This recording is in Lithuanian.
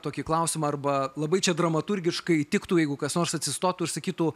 tokį klausimą arba labai čia dramaturgiškai tiktų jeigu kas nors atsistotų ir sakytų